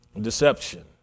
deception